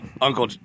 Uncle